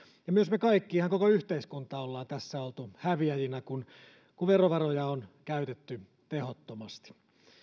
ja myös me kaikki ihan koko yhteiskunta olemme tässä olleet häviäjinä kun kun verovaroja on käytetty tehottomasti